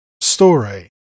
story